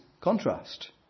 contrast